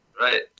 Right